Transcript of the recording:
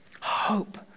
Hope